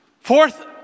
fourth